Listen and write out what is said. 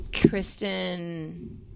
Kristen